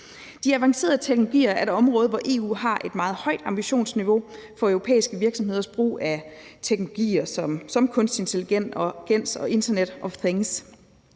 De avancerede teknologier er et område, hvor EU har et meget højt ambitionsniveau for europæiske virksomheders brug af teknologier som kunstig intelligens og internet of things.